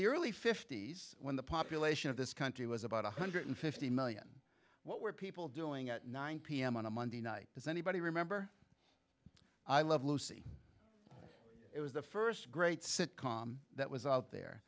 the early fifty's when the population of this country was about one hundred and fifty million what were people doing at nine pm on a monday night does anybody remember i love lucy it was the st great sitcom that was out there